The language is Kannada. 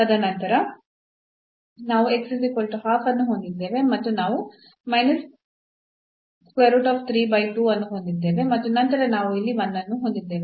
ತದನಂತರ ನಾವು ಅನ್ನು ಹೊಂದಿದ್ದೇವೆ ಮತ್ತು ನಾವು ಅನ್ನು ಹೊಂದಿದ್ದೇವೆ ಮತ್ತು ನಂತರ ನಾವು ಇಲ್ಲಿ 1 ಅನ್ನು ಹೊಂದಿದ್ದೇವೆ